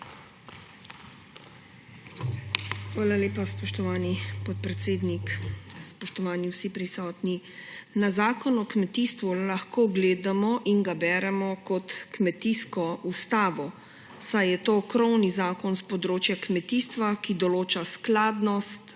Hvala lepa, spoštovani podpredsednik. Spoštovani vsi prisotni! Na Zakon o kmetijstvu lahko gledamo in ga beremo kot kmetijsko ustavo, saj je to krovni zakon s področja kmetijstva, ki določa skladnost,